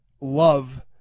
love